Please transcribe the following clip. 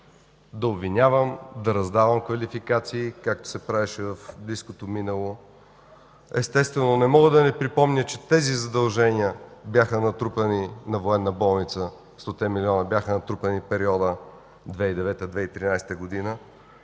да обвинявам, да раздавам квалификации, както се правеше в близкото минало. Естествено, не мога да не припомня, че тези задължения – стоте милиона, на Военна болница бяха натрупани в периода 2009 – 2013 г.